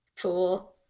Cool